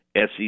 SEC